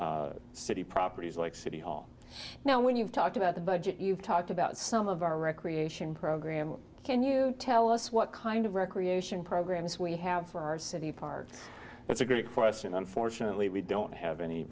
city properties like city hall now when you've talked about the budget you've talked about some of our recreation programs can you tell us what kind of recreation programs we have for our city parks it's a great question unfortunately we don't have any